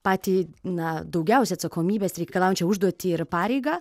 patį na daugiausiai atsakomybės reikalaujančią užduotį ir pareigą